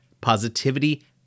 positivity